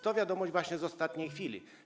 To wiadomość właśnie z ostatniej chwili.